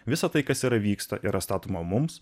visa tai kas yra vyksta yra statoma mums